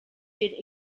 did